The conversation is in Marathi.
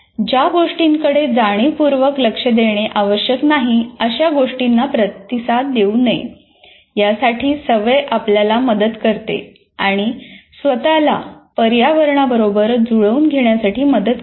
ज्या गोष्टीकडे जाणीवपूर्वक लक्ष देणे आवश्यक नाही अशा गोष्टींना प्रतिसाद देऊ नये यासाठी सवय आपल्याला मदत करते आणि स्वतला पर्यावरणाबरोबर जुळवून घेण्यासाठी मदत करते